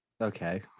Okay